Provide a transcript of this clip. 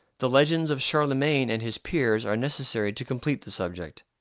the legends of charlemagne and his peers are necessary to complete the subject.